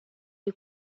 est